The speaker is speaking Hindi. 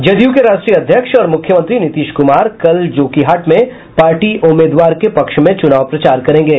जदयू के राष्ट्रीय अध्यक्ष और मुख्यमंत्री नीतीश कुमार कल जोकीहाट में पार्टी उम्मीदवार के पक्ष में चुनाव प्रचार करेंगे